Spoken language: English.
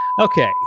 okay